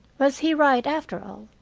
was he right, after all?